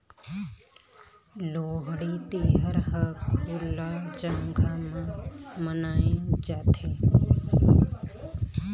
लोहड़ी तिहार ह खुल्ला जघा म मनाए जाथे